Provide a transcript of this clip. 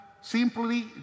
simply